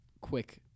quick